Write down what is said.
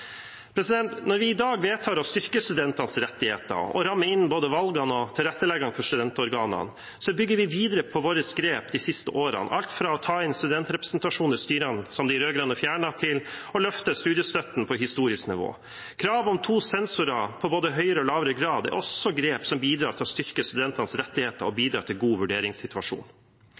Når vi i dag vedtar å styrke studentenes rettigheter og både rammer inn valgene og tilretteleggingen for studentorganene, bygger vi videre på grepene våre de siste årene – alt fra å ta inn studentrepresentasjon i styrene, som de rød-grønne fjernet, til å løfte studiestøtten til et historisk nivå. Kravet om to sensorer på både høyere og lavere grad er også grep som bidrar til å styrke studentenes rettigheter, og som bidrar til en god vurderingssituasjon.